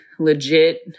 legit